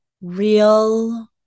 real